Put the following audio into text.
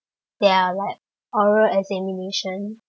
there are like oral examination